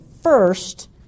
first